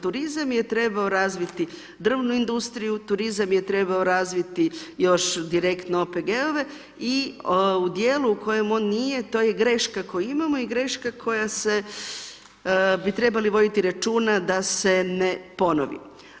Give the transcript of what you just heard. turizam je trebao razviti drvnu industriju, turizam je trebao razviti još direktno OPG-ove i u dijelu u kojem on nije to je greška koju imamo i greška koja se bi trebali voditi računa da se ne ponovi.